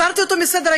הסרתי אותו מסדר-היום,